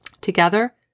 Together